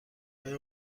آیا